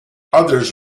others